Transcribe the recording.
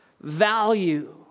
value